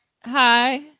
hi